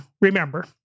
remember